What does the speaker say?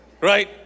right